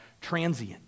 transient